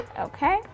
Okay